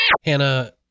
Hannah